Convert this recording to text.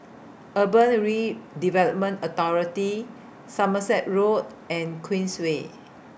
Urban Redevelopment Authority Somerset Road and Queensway